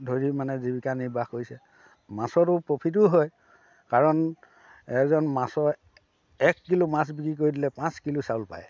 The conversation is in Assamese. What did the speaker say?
ধৰি মানে জীৱিকা নিৰ্বাহ কৰিছে মাছৰো প্ৰফিটো হয় কাৰণ এজন মাছুৱাই এক কিলো মাছ বিক্ৰী কৰি দিলে পাঁচ কিলো চাউল পায়